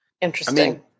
Interesting